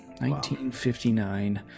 1959